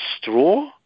straw